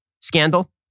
Scandal